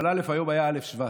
אבל היום היה א' בשבט.